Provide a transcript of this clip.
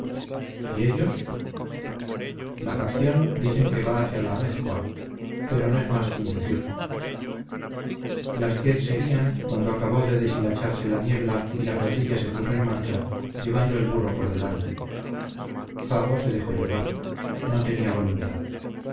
y ellos la facción dicen que va hacia la amézcoa pero no es más que un decir las diez serían cuando acabó de deshilacharse la niebla y la cuadrilla se puso en marcha llevando el burro por delante fago se dejó llevar no tenía voluntad